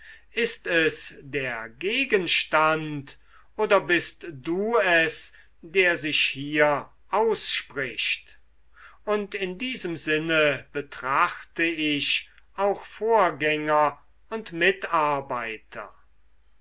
ist es der gegenstand oder bist du es der sich hier ausspricht und in diesem sinne betrachtete ich auch vorgänger und mitarbeiter